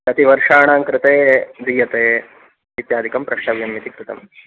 कति वर्षाणां कृते दीयते इत्यादिकं प्रष्टव्यम् इति कृतं